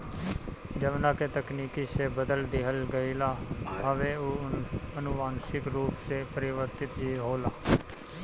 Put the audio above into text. जवना के तकनीकी से बदल दिहल गईल हवे उ अनुवांशिक रूप से परिवर्तित जीव होला